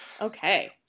Okay